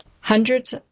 Hundreds